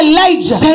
Elijah